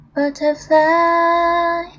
Butterfly